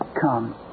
come